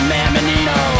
Mammonino